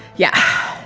yeah,